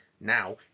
now